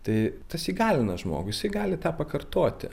tai tas įgalina žmogų jisai gali tą pakartoti